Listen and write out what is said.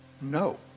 No